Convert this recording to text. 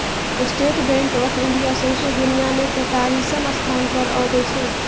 state Bank of India सौंसे दुनियाँ मे तेतालीसम स्थान पर अबै छै